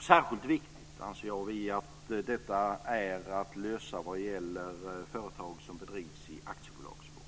Särskilt viktigt anser vi att detta är att lösa vad gäller företag som bedrivs i aktiebolagsform.